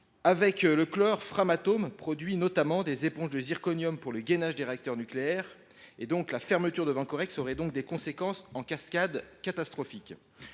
Avec le chlore, Framatome produit notamment des éponges de zirconium pour le gainage des réacteurs nucléaires. La fermeture de Vencorex aurait donc des conséquences en cascade catastrophiques.